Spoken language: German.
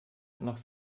noch